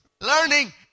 Learning